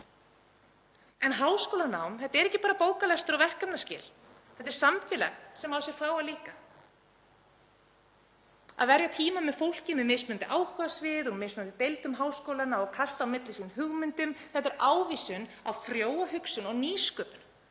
Háskólanám er ekki bara bóklestur og verkefnaskil. Þetta er samfélag sem á sér fáa líka. Að verja tíma með fólki með mismunandi áhugasvið úr mismunandi deildum háskólanna og kasta á milli sín hugmyndum er ávísun á frjóa hugsun og nýsköpun